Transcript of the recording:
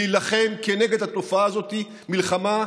להילחם כנגד התופעה הזאת מלחמה,